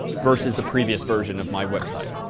versus the previous version of my website?